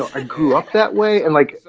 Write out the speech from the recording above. i grew up that way and like,